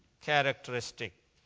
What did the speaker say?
characteristic